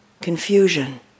confusion